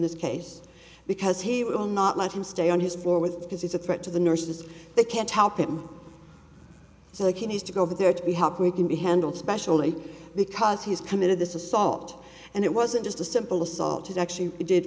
this case because he will not let him stay on his board with because he's a threat to the nurses they can't help him so he needs to go over there to help we can be handled specially because he's committed this is salt and it wasn't just a simple assault it actually did